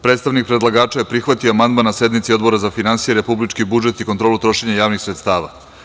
Predstavnik predlagača je prihvatio amandman na sednici Odbora za finansije, republički budžet i kontrolu trošenja javnih sredstava.